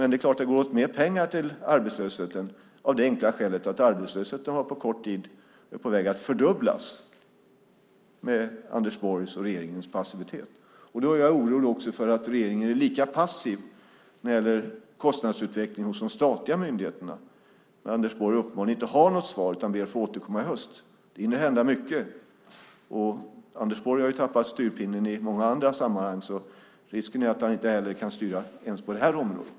Det går åt mer pengar till arbetslösheten av det enkla skälet att arbetslösheten på kort tid ökat och är på väg att fördubblas med Anders Borgs och regeringens passivitet. Då är jag orolig för att regeringen är lika passiv när det gäller kostnadsutvecklingen hos de statliga myndigheterna. Anders Borg har uppenbarligen inget svar utan ber att få återkomma i höst. Det hinner hända mycket. Anders Borg har tappat styrpinnen i många andra sammanhang, och risken är att han inte heller kan styra på det här området.